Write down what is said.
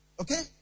okay